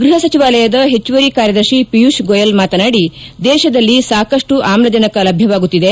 ಗೃಪ ಸಚಿವಾಲಯದ ಹೆಚ್ಚುವರಿ ಕಾರ್ಯದರ್ಶಿ ಪಿಯೂಷ್ ಗೋಯಲ್ ಮಾತನಾಡಿ ದೇಶದಲ್ಲಿ ಸಾಕಷ್ಟು ಆಮ್ಲಜನಕ ಲಭ್ಯವಾಗುತ್ತಿದೆ